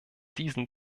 diesen